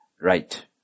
right